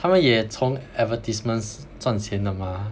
他们也从 advertisements 赚钱的 mah